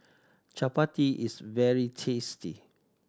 chapati is very tasty